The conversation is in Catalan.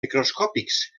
microscòpics